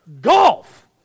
golf